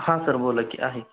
हां सर बोला की आहे